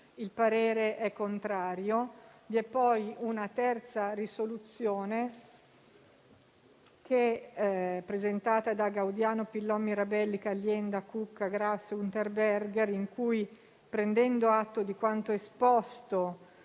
il parere è contrario. Vi è poi la proposta di risoluzione n. 3, presentata dai senatori Gaudiano, Pillon, Mirabelli, Calienda, Cucca, Grasso e Unterberger, in cui, prendendo atto di quanto esposto